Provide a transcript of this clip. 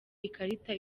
ikarita